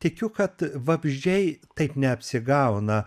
tikiu kad vabzdžiai taip neapsigauna